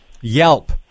Yelp